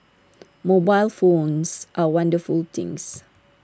mobile phones are wonderful things